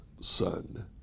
son